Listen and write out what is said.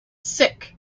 sick